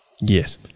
Yes